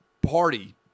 party